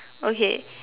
okay